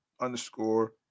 underscore